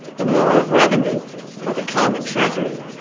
the more of revenue for the common treasury.